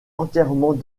entièrement